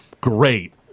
great